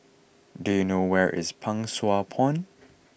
do you know where is Pang Sua Pond